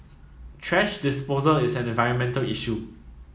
thrash disposal is an environmental issue